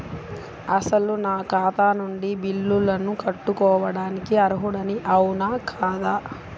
అసలు నా ఖాతా నుండి బిల్లులను కట్టుకోవటానికి అర్హుడని అవునా కాదా?